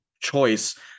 choice